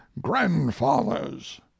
grandfathers